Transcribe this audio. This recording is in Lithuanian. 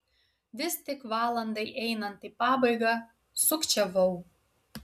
vis tik valandai einant į pabaigą sukčiavau